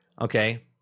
Okay